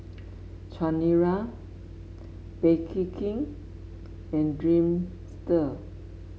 Chanira Bake King and Dreamster